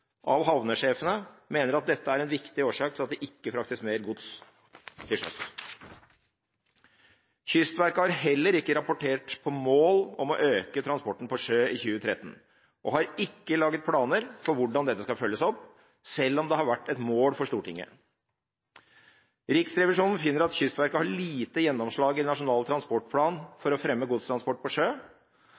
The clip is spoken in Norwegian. av havnesjefene mener at dette er en viktig årsak til at det ikke fraktes mer gods til sjøs. Kystverket har heller ikke rapportert på mål om å øke transporten på sjø i 2013 og har ikke laget planer for hvordan dette skal følges opp, selv om det har vært et mål for Stortinget. Riksrevisjonen finner at Kystverket har lite gjennomslag i Nasjonal transportplan for å fremme godstransport på sjø,